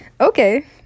Okay